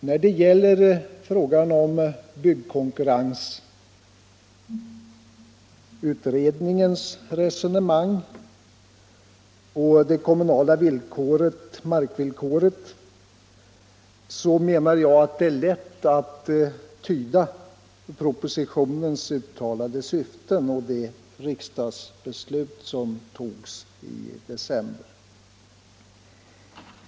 När det gäller frågan om byggkonkurrensutredningens resonemang och det kommunala markvillkoret menar jag att det är lätt att tyda propositionens uttalade syften och det riksdagsbeslut som togs i december.